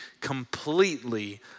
completely